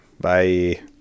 bye